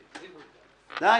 די,